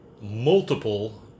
multiple